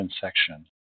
section